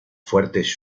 fuertes